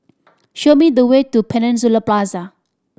show me the way to Peninsula Plaza